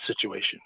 situation